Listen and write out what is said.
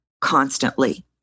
constantly